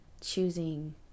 choosing